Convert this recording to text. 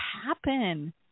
happen